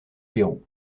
pérou